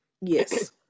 yes